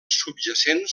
subjacents